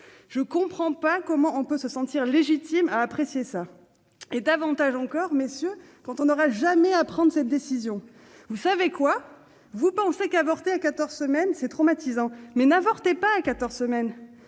Je ne comprends pas comment l'on peut se sentir légitime pour apprécier cela- davantage encore, messieurs, quand on n'aura jamais à prendre cette décision. Vous savez quoi ? Vous pensez qu'avorter à quatorze semaines c'est traumatisant. N'avortez pas à quatorze semaines !